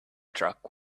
truck